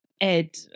Ed